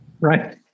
Right